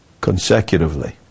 consecutively